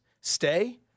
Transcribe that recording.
stay